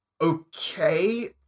Okay